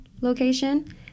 location